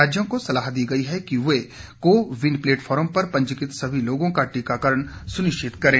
राज्यों को सलाह दी गई है कि वे को विन प्लेटफार्म पर पंजीकृत सभी लोगों का टीकाकरण सुनिश्चित करें